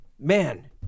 Man